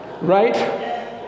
Right